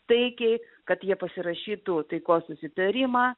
taikiai kad jie pasirašytų taikos susitarimą